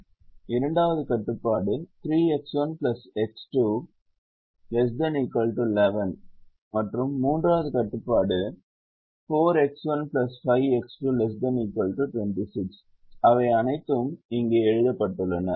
இரண்டாவது கட்டுப்பாடு 3X1 X2 ≤ 11 மற்றும் மூன்றாவது கட்டுப்பாடு 4X1 5X2 ≤ 26 அவை அனைத்தும் இங்கே எழுதப்பட்டுள்ளன